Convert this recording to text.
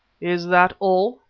is that all?